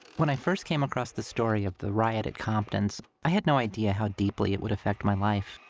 when i first came across the story of the riot at compton's, i had no idea how deeply it would affect my life.